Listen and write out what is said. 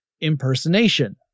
impersonation